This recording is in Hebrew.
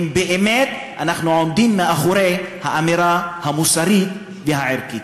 אם באמת אנחנו עומדים מאחורי האמירה המוסרית והערכית.